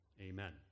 Amen